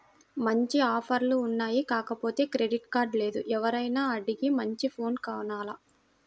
మంచి ఆఫర్లు ఉన్నాయి కాకపోతే క్రెడిట్ కార్డు లేదు, ఎవర్నైనా అడిగి మంచి ఫోను కొనాల